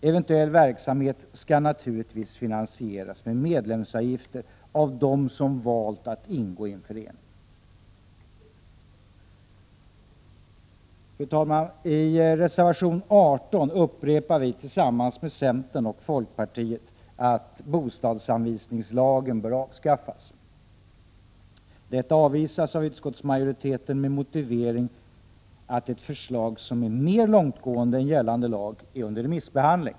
Eventuell verksamhet skall naturligtvis finansieras med medlemsavgifter av dem som valt att ingå i en förening. Fru talman! I reservation 18 upprepar vi tillsammans med centern och folkpartiet att bostadsanvisningslagen bör avskaffas. Detta avvisas av utskottsmajoriteten med motivering att ett förslag som är mer långtgående än gällande lag är under remissbehandling.